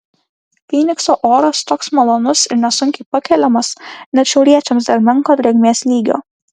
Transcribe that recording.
fynikso oras toks malonus ir nesunkiai pakeliamas net šiauriečiams dėl menko drėgmės lygio